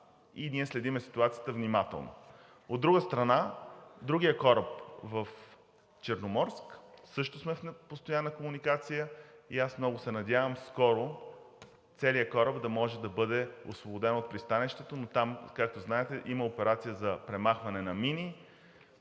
и ние следим ситуацията внимателно. От друга страна, другият кораб в Черноморск, също сме в постоянна комуникация и аз много се надявам скоро целият кораб да може да бъде освободен от пристанището, но там, както знаете, има операция за премахване на мини.